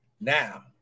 now